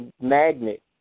magnet